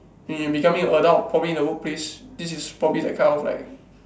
when you becoming a adult probably in a workplace this is probably that kind of like